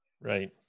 Right